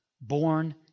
born